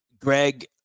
Greg